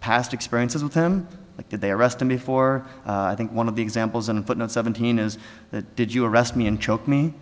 past experiences with him like that they arrest him before i think one of the examples in a footnote seventeen is that did you arrest me and choke me